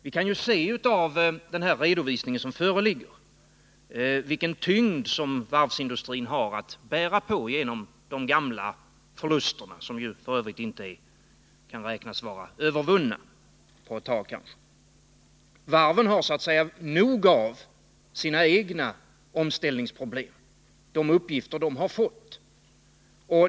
Vi kan ju se av den redovisning som föreligger vilken tyngd som varvsindustrin har att bära på som en följd av de tidigare förlusterna, vilka man f. ö. inte kan räkna med skall kunna vara övervunna på ett tag åtminstone. Varven har så att säga nog av sina egna omställningsproblem och av de uppgifter som de har fått.